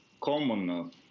common